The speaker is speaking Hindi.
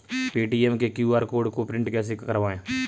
पेटीएम के क्यू.आर कोड को प्रिंट कैसे करवाएँ?